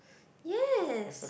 yes